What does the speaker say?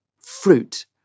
fruit